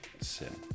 Sin